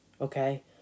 Okay